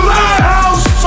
Lighthouse